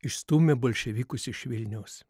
išstūmė bolševikus iš vilniaus